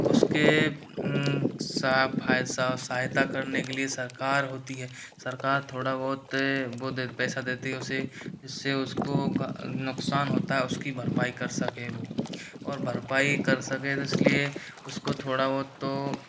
उसके सहायता करने के लिए सरकार होती है सरकार थोड़ा बहुत वो दे पैसा देती है उसे इससे उसको नुकसान होता है उसकी भरपाई कर सके वो और भरपाई कर सके तो इसलिए उसको थोड़ा बहुत तो